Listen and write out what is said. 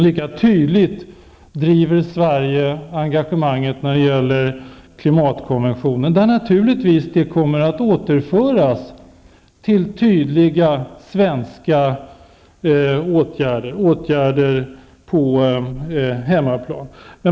Lika engagerat driver Sverige på i fråga om klimatkonventionen. Det kommer naturligtvis att omsättas i tydliga svenska åtgärder på hemmaplan.